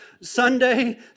Sunday